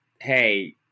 Hey